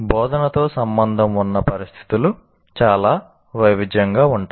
బోధనతో సంబంధం ఉన్న పరిస్థితులు చాలా వైవిధ్యంగా ఉంటాయి